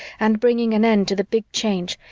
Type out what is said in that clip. and bringing an end to the big change,